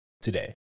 Today